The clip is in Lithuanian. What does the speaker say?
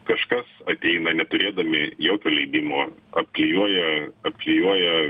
kažkas ateina neturėdami jokio leidimo apklijuoja apklijuoja